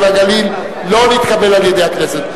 והגליל (תיקוני חקיקה) לא נתקבלה על-ידי הכנסת.